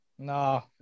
No